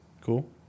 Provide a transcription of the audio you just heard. Cool